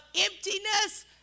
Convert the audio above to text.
emptiness